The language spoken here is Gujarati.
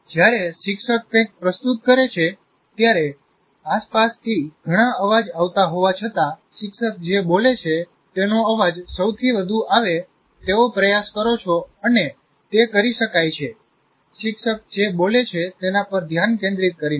જ્યારે શિક્ષક કંઇક પ્રસ્તુત કરે છે ત્યારે આસપાસથી ઘણા અવાજ આવતા હોવા છતાં શિક્ષક જે બોલે છે તેનો અવાજ સૌથી વધુ આવે તેવો પ્રયાસ કરો છો અને તે કરી શકાય છે શિક્ષક જે બોલે છે તેના પર ધ્યાન કેન્દ્રિત કરીને